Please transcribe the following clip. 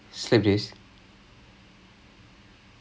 iced not slip disk I tore my disk